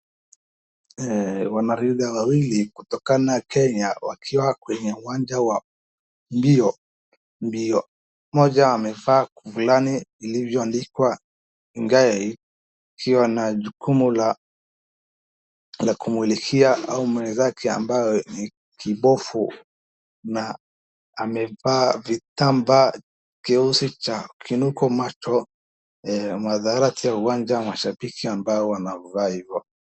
Wanariadha wawili kutoka kenya wakiwa kwenye uwanja wa mbio, mmoja amevaa flani imeandikwa gay ikiwa na jukumu la kumulikia mwenzake ambaye ni kipofu na amevaa vitamba cheusi cha kunuko macho masharti ya uwanja ya mashabiki wamevaa hivyo.